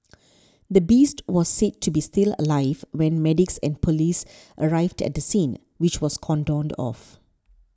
the beast was said to be still alive when medics and police arrived at the scene which was cordoned off